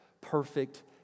Perfect